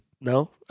no